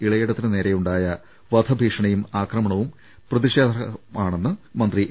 ഇളയിട ത്തിനുനേരെയുണ്ടായ വധഭീഷണിയും ആക്രമണവും പ്രതിഷേധാർഹമാണെന്ന് മന്ത്രി എ